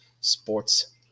sports